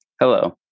Hello